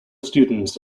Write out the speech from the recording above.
students